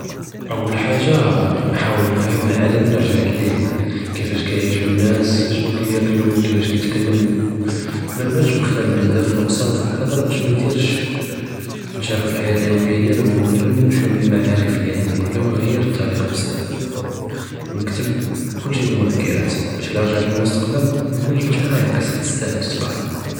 אַוַּל חַאגַ'ה נְחַאוֶול נְפְהַם לְעָאלֶם אַרְגַ׳עְת לִיה، כִּיפַאש כִּיַעִישוּ נַאס، אַשְנוּ כִּיַאכְּלוּ כִּיפַאש כִּיתְכַּלְמוּ، מַנְבַּאש מֻכְתַלֶף בְּזַאף וּנְתְצַרַּף בִּחְ׳דַר בַּאש מַנְתִירְש שַכּ، נְשַארֶכּ לְחְיַאה לְיוּמִיַּה דִיַאלְהֻם، וּנְעַלְּמְהֻם שְוִיַּה מִלְמַעָארֶף לִעַנְדִי، בְּלַא מַנְעַ׳יֶּר טְרִיק בְּזַאף، וּנְכְּתֶּב מַאשִי פִּמֻדַכַּּרַאת، בַּאש אִילַא רְגַ׳עְת פַלְמֻסְתַקְבַּל נְכוּן גְ׳בֶּת מַעַאיַא קִצַּה תְסְתַאהֵל תִתְקַאל.